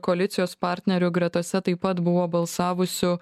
koalicijos partnerių gretose taip pat buvo balsavusių